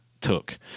took –